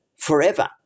forever